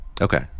Okay